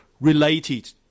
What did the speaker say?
related